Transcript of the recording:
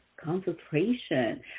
concentration